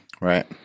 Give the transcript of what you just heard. Right